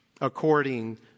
according